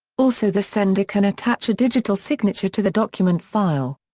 also the sender can attach a digital signature to the document file.